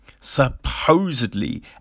supposedly